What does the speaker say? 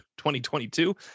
2022